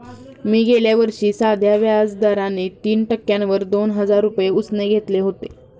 मी गेल्या वर्षी साध्या व्याज दराने तीन टक्क्यांवर दोन हजार रुपये उसने घेतले होते